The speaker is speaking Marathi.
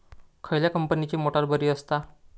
खयल्या कंपनीची मोटार बरी असता?